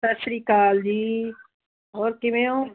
ਸਤਿ ਸ੍ਰੀ ਅਕਾਲ ਜੀ ਹੋਰ ਕਿਵੇਂ ਹੋ